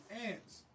ants